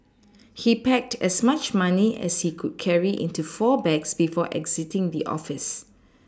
he packed as much money as he could carry into four bags before exiting the office